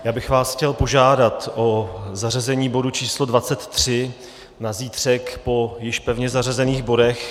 Já bych vás chtěl požádat o zařazení bodu číslo 23 na zítřek po již zařazených bodech.